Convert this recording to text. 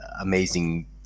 amazing